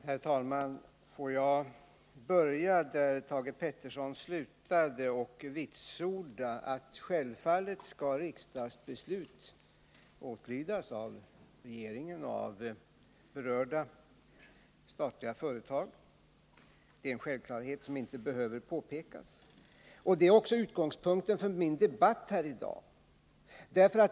Herr talman! Får jag börja där Thage Peterson slutade och vitsorda att riksdagens beslut självfallet skall åtlydas av regeringen och berörda statliga företag. Det är en självklarhet som inte behöver påpekas. Det är även utgångspunkten för min debatt här i dag.